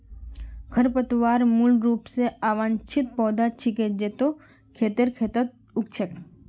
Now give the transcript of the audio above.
खरपतवार मूल रूप स अवांछित पौधा छिके जेको खेतेर खेतत उग छेक